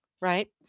right